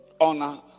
Honor